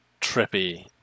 trippy